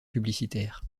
publicitaires